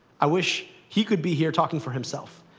i wish he could be here talking for himself,